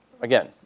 again